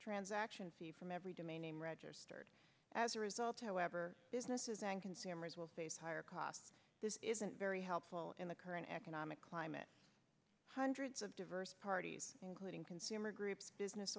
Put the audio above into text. transaction fee from every demain name registered as a result however businesses and consumers will face higher costs this isn't very helpful in the current economic climate hundreds of diverse parties including consumer groups business